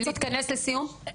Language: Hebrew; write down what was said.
להתכנס לסיום.